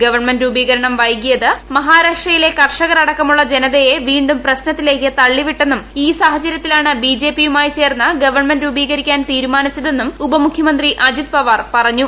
government രൂപീകരണം വൈകിയത് മഹാരാഷ്ട്രയിലെ കർഷകർ വീണ്ടും പ്രശ്നങ്ങളിലേക്ക് തള്ളിവിട്ടെന്നും അടക്കമുള്ള ജനതയെ സാഹചര്യത്തിലാണ് ബിജെപിയുമായി ചേർന്ന് ഗവൺമെന്റ് രൂപീകരിക്കാൻ തീരുമാനിച്ചതെന്നും ഉപമുഖ്യമന്ത്രി അജിത് പവാർ പറഞ്ഞു